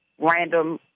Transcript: random